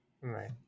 Right